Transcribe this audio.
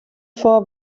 vor